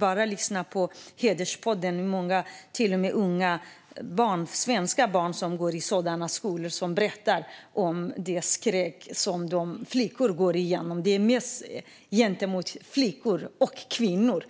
Man kan lyssna på Hederspodden för att höra många unga, svenska barn berätta om den skräck som de gått igenom i sådana skolor. Det är mest gentemot flickor och kvinnor.